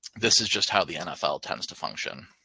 this is just how the nfl tends to function.